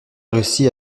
russie